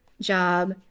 job